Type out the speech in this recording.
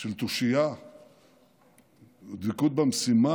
של תושייה ודבקות במשימה,